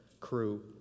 Crew